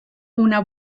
una